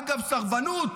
אגב סרבנות,